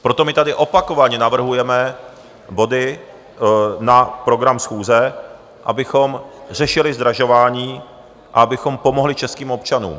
Proto my tady opakovaně navrhujeme body na program schůze, abychom řešili zdražování a abychom pomohli českým občanům.